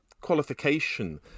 qualification